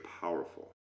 powerful